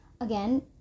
Again